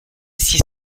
six